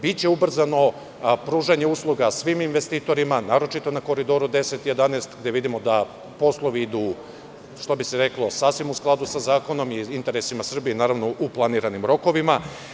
Biće ubrzano pružanje usluga svim investitorima, naročito na Koridoru 10,11, gde vidimo da poslovi idu, što bi se reklo sasvim u skladu sa zakonom i interes Srbije, naravno, u planiranim rokovima.